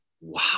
Wow